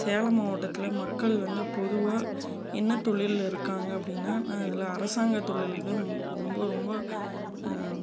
சேலம் மாவட்டத்தில் மக்கள் வந்து பொதுவாக என்ன தொழிலில் இருக்காங்க அப்படின்னா நான் இதில் அரசாங்க தொழில் தான் ரொம்ப ரொம்ப